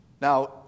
Now